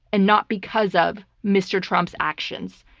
and not because of, mr. trump's actions.